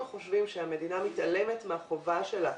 אנחנו חושבים שהמדינה מתעלמת מהחובה שלה,